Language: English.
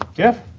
jeff?